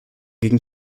gegen